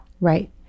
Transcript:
Right